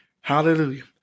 Hallelujah